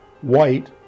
white